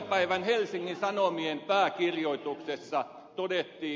toissapäivän helsingin sanomien pääkirjoituksessa todettiin